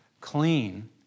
clean